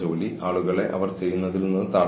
നിങ്ങൾ എന്തെങ്കിലും ചെയ്യൂ എന്ന് ബോസ് പറയുന്നു